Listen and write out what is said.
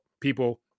people